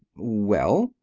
well?